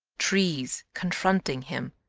trees, confronting him,